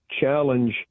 challenge